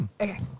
Okay